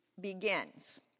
begins